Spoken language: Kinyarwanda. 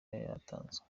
yatanzwe